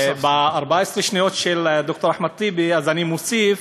ב-14 שניות של ד"ר אחמד טיבי אני מוסיף